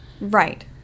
Right